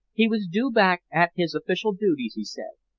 he was due back at his official duties, he said.